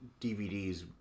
DVDs